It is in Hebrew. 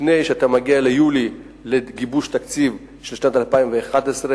לפני שאתה מגיע ליולי לגיבוש תקציב של שנת 2011,